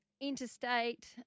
interstate